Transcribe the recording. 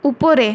উপরে